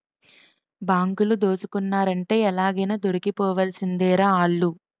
బాంకులు దోసుకున్నారంటే ఎలాగైనా దొరికిపోవాల్సిందేరా ఆల్లు